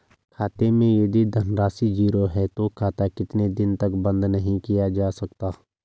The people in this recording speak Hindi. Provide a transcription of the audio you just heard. खाते मैं यदि धन राशि ज़ीरो है तो खाता कितने दिन तक बंद नहीं किया जा सकता?